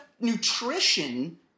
nutrition